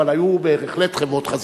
אבל היו בהחלט חברות חזקות.